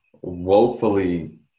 woefully